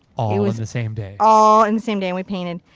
all in the same day. all in the same day. and we painted.